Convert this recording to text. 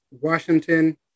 Washington